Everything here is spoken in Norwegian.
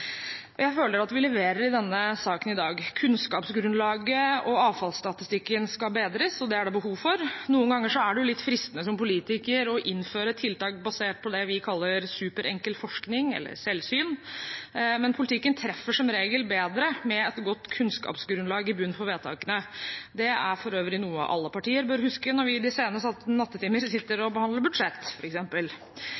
vedtak. Jeg føler at vi leverer i denne saken i dag. Kunnskapsgrunnlaget og avfallsstatistikken skal bedres, og det er det behov for. Noen ganger er det jo litt fristende som politiker å innføre tiltak basert på det vi kaller superenkel forskning, eller selvsyn, men politikken treffer som regel bedre med et godt kunnskapsgrunnlag i bunnen for vedtakene. Det er for øvrig noe alle partier bør huske når vi i de sene nattetimer sitter